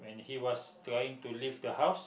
he was trying to leave the house